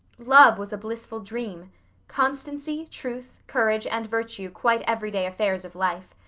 love was a blissful dream constancy, truth, courage, and virtue quite every-day affairs of life.